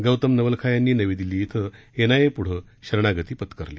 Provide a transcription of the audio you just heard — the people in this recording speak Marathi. गौतम नवलखा यांनी नवी दिल्ली छं एनआयएपुढं शरणागती पत्करली